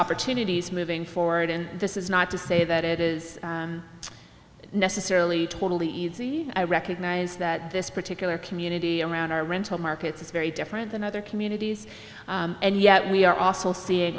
opportunities moving forward and this is not to say that it is necessarily totally easy i recognize that this particular community around our rental markets is very different than other communities and yet we are also seeing